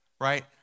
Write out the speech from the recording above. right